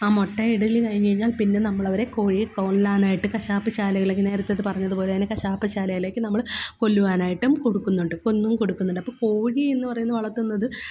ആ മുട്ടയിടല്കഴിഞ്ഞ് കഴിഞ്ഞാൽ പിന്നെ നമ്മളവവരെ കോഴിയെ കൊല്ലാനായിട്ട് കശാപ്പുശാലയിലേക്ക് നേരത്തത് പറഞ്ഞത് പോലെ കശാപ്പ് ശാലയിലേക്ക് നമ്മള് കൊല്ലുവാനായിട്ടും കൊടുക്കുന്നുണ്ട് കൊന്നും കൊടുക്കുന്നുണ്ടപ്പോള് കോഴി എന്ന് പറയുന്നത് വളർത്തുന്നത്